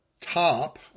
top